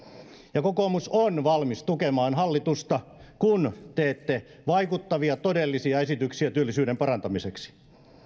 ja kokoomus on valmis tukemaan hallitusta kun teette vaikuttavia todellisia esityksiä työllisyyden parantamiseksi